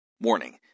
Warning